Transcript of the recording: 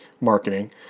marketing